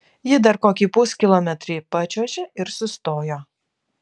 ji dar kokį puskilometrį pačiuožė ir sustojo